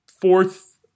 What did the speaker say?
fourth